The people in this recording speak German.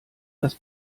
das